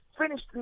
finished